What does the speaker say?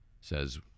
says